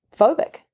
phobic